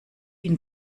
ihn